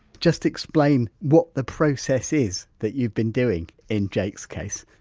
just explain what the process is that you've been doing in jake's case?